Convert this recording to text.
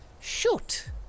Shoot